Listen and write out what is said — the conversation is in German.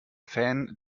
fan